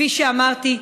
כפי שאמרתי,